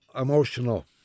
emotional